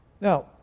Now